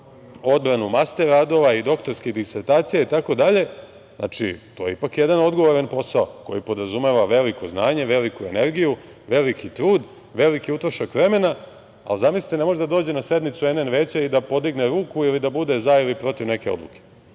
odbranu master radova i doktorskih disertacija itd. znači, to je ipak jedan odgovoran posao koji podrazumeva veliko znanje, veliku energiju, veliki trud, veliki utrošak vremena, a zamislite ne može da dođe na sednicu NN veća i da podigne ruku ili da bude za ili protiv neke odluke?